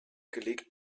gelegt